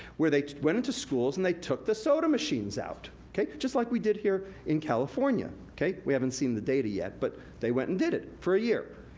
where they went into schools and they took the soda machines out. just like we did here in california. we haven't seen the data yet, but they went and did it for a year.